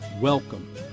Welcome